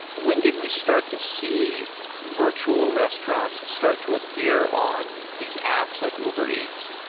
when did we start to see virtual restaurants start to appear on these apps, like uber eats?